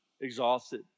exhausted